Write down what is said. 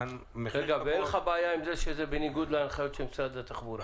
ואין לך בעיה עם זה שזה בניגוד להנחיות משרד התחבורה.